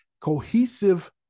cohesive